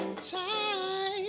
time